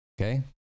Okay